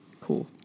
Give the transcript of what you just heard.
Cool